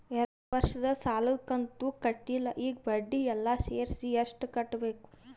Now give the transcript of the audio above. ಎರಡು ವರ್ಷದ ಸಾಲದ ಕಂತು ಕಟ್ಟಿಲ ಈಗ ಬಡ್ಡಿ ಎಲ್ಲಾ ಸೇರಿಸಿ ಎಷ್ಟ ಕಟ್ಟಬೇಕು?